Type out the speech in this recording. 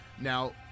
Now